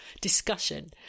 discussion